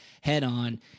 head-on